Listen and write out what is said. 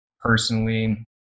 personally